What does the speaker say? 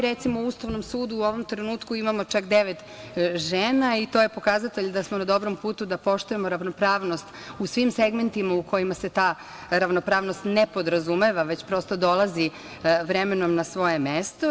Recimo, u Ustavnom sudu u ovom trenutku imamo čak devet žena i to je pokazatelj da smo na dobrom putu da poštujemo ravnopravnost u svim segmentima u kojima se ta ravnopravnost ne podrazumeva, već prosto dolazi vremenom na svoje mesto.